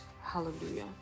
hallelujah